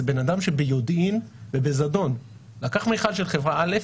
זה בן אדם שביודעין ובזדון לקח מכל של חברה א'